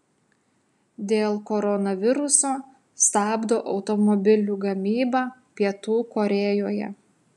dėl koronaviruso stabdo automobilių gamybą pietų korėjoje